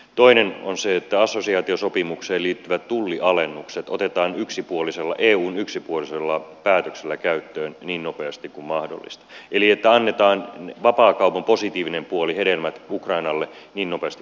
toinen on se että assosiaatiosopimukseen liittyvät tullialennukset otetaan eun yksipuolisella päätöksellä käyttöön niin nopeasti kuin mahdollista eli että annetaan vapaakaupan positiivinen puoli hedelmät ukrainalle niin nopeasti kuin mahdollista